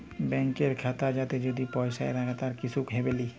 ব্যাংকের খাতা যাতে যদি পয়সা রাখে তার কিসু হবেলি